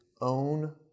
own